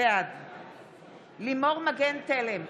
בעד לימור מגן תלם,